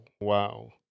Wow